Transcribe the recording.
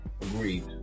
Agreed